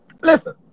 Listen